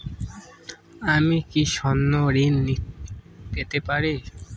আমি কি স্বর্ণ ঋণ পেতে পারি?